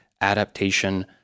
adaptation